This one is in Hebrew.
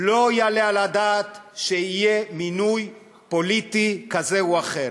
לא יעלה על הדעת שיהיה מינוי פוליטי כזה או אחר.